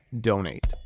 donate